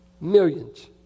millions